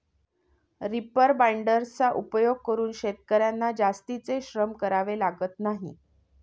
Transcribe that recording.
reaper बाइंडर्सचा उपयोग करून शेतकर्यांना जास्तीचे श्रम करावे लागत नाही